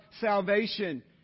salvation